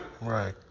Right